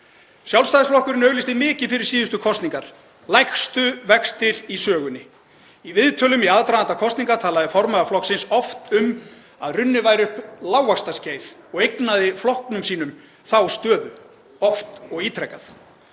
Sjálfstæðisflokkurinn auglýsti mikið fyrir síðustu kosningar: Lægstu vextir í sögunni. Í viðtölum í aðdraganda kosninga talaði formaður flokksins oft um að runnið væri upp lágvaxtaskeið og eignaði flokknum sínum þá stöðu oft og ítrekað.